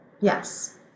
Yes